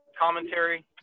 commentary